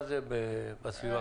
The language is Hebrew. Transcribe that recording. מה זה בסביבה הקרובה?